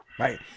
Right